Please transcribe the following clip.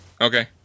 Okay